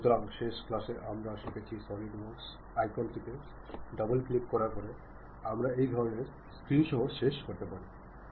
সুতরাং শেষ ক্লাসে আমরা শিখেছি সলিড ওয়ার্কস আইকন টিতে ডাবল ক্লিক করার পরে আমরা এই ধরণের স্ক্রিন সহ শেষ করতে পারি